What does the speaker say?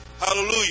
Hallelujah